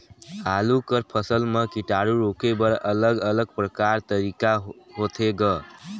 आलू कर फसल म कीटाणु रोके बर अलग अलग प्रकार तरीका होथे ग?